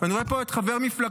ואני רואה פה את חבר מפלגתו,